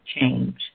change